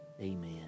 amen